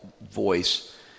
voice